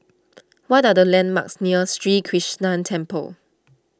what are the landmarks near Sri Krishnan Temple